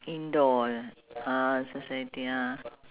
indoor {ah] ah so sweaty ah